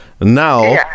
Now